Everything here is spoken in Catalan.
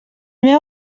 meu